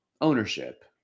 ownership